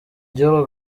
gihugu